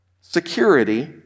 security